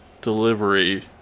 delivery